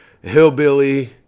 hillbilly